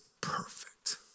perfect